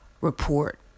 report